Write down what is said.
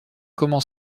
comment